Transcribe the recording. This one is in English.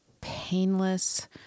painless